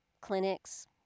clinics